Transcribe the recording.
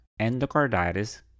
endocarditis